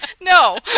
No